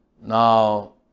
Now